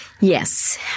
Yes